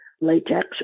Latex